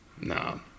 No